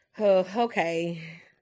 Okay